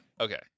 Okay